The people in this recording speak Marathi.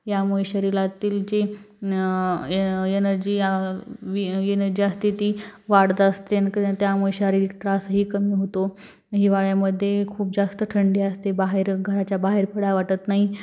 यामुळे शरीरातील जे ए एन एनर्जी वी एनर्जी असते ती वाढत असते नं त्यामुळे शारीरिक त्रासही कमी होतो हिवाळ्यामध्ये खूप जास्त थंडी असते बाहेर घराच्या बाहेर पडा वाटत नाही